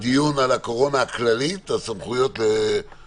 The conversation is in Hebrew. הדיון על הקורונה הכללית, יש דרגות.